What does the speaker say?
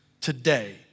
today